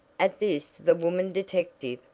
at this the woman detective,